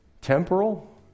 temporal